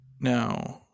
now